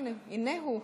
הינה הוא.